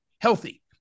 healthy